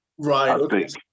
Right